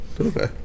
Okay